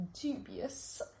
dubious